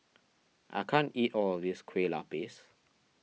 I can't eat all of this Kueh Lapis